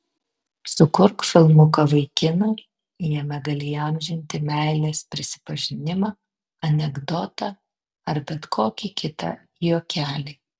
sukurk filmuką vaikinui jame gali įamžinti meilės prisipažinimą anekdotą ar bet kokį kitą juokelį